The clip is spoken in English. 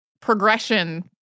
progression